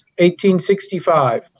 1865